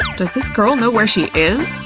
um does this girl know where she is?